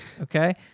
okay